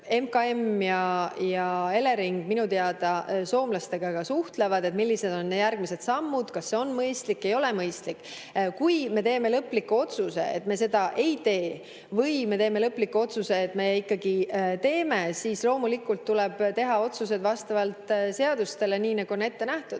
MKM ja Elering minu teada soomlastega suhtlevad, et millised on järgmised sammud ja kas see on mõistlik või ei ole mõistlik. Kui me teeme lõpliku otsuse, et me seda ei tee, või me teeme lõpliku otsuse, et me ikkagi teeme, siis loomulikult tuleb teha otsused vastavalt seadustele, nii nagu on ette nähtud.